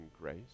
grace